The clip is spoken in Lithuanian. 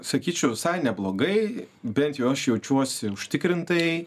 sakyčiau visai neblogai bent jau aš jaučiuosi užtikrintai